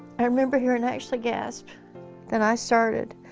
i remember hearing ashley gasp and i started.